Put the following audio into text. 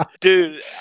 Dude